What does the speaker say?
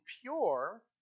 pure